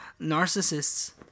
narcissists